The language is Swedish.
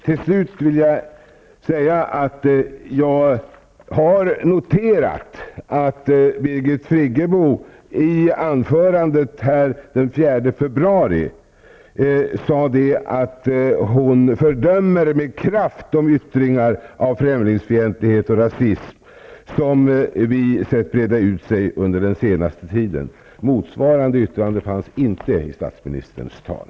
Till slut vill jag säga att jag har noterat att Birgit Friggebo i sitt anförande här i riksdagen den 4 februari sade att hon med kraft fördömer de yttringar av främlingsfientlighet och rasism som vi har sett breda ut sig under den senaste tiden. Motsvarande yttrande fanns inte i statsministerns tal.